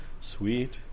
Sweet